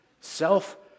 Self